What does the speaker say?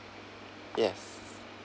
yes